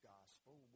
Gospel